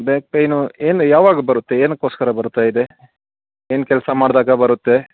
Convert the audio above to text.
back pain ಏನು ಯಾವಾಗ ಬರುತ್ತೆ ಏನಕ್ಕೋಸ್ಕರ ಬರ್ತಾ ಇದೆ ಏನು ಕೆಲಸ ಮಾಡಿದಾಗ ಬರುತ್ತೆ